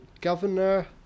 Governor